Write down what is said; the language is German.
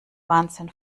wahnsinn